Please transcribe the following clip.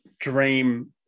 dream